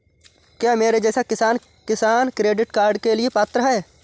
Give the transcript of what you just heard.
क्या मेरे जैसा किसान किसान क्रेडिट कार्ड के लिए पात्र है?